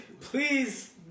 Please